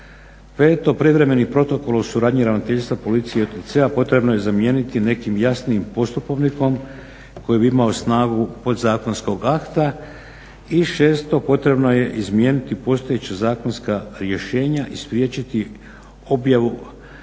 5. Privremeni protokol o suradnji ravnateljstva policije i OTC-a potrebno je zamijeniti nekim jasnijim postupovnikom koji bi imao snagu podzakonskog akta i 6. Potrebno je izmijeniti postojeća zakonska rješenja i spriječiti objavu